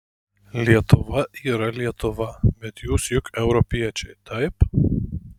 lietuva yra lietuva bet jūs juk europiečiai taip